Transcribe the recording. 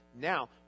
now